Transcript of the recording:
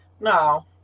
No